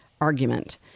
argument